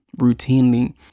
routinely